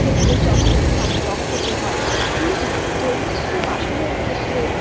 সেগুলো চকচক থাক চকচকে হয় কিন্তু তৈলাক্ত বাসনের ক্ষেত্রে